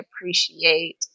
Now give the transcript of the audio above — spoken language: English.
appreciate